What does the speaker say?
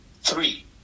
Three